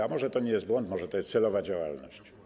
A może to nie jest błąd, może to celowa działalność.